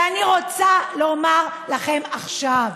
ואני רוצה לומר לכם עכשיו,